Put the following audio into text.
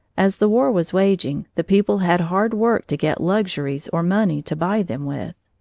as the war was waging, the people had hard work to get luxuries or money to buy them with,